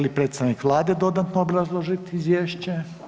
Želi li predstavnik Vlade dodatno obrazložiti izvješće?